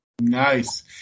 Nice